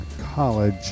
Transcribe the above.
college